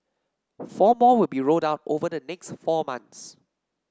four more will be rolled out over the next four months